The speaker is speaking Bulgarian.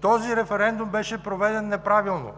Този референдум беше проведен неправилно,